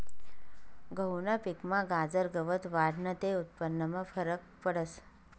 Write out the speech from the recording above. गहूना पिकमा गाजर गवत वाढनं ते उत्पन्नमा फरक पडस